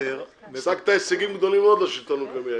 השגת הישגים גדולים מאוד לשלטון המקומי היום.